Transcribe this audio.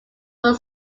were